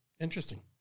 Interesting